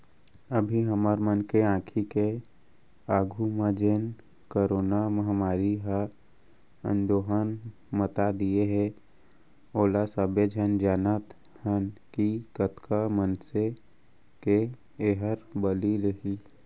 अभी हमर मन के आंखी के आघू म जेन करोना महामारी ह अंदोहल मता दिये हे ओला सबे झन जानत हन कि कतका मनसे के एहर बली लेही